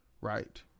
right